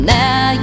now